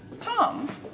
Tom